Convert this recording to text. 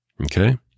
Okay